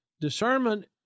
Discernment